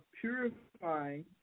purifying